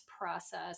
process